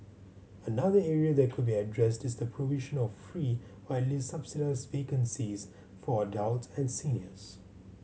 another area that could be addressed is the provision of free or at least subsidised vaccines for adult and seniors